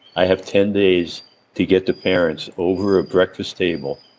i have ten days to get the parents, over a breakfast table,